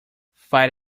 fight